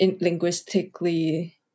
linguistically